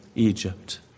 Egypt